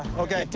okay.